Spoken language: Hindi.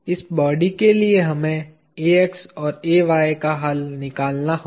इस बॉडी के लिए हमें Ax और Ay का हल निकालना होगा